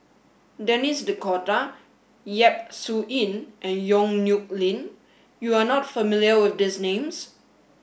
Denis D'Cotta Yap Su Yin and Yong Nyuk Lin you are not familiar with these names